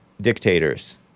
dictators